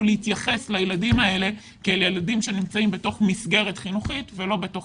להתייחס לילדים האלה כאל ילדים שנמצאים בתוך מסגרת חינוכית ולא בתוך